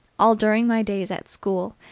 all during my days at school,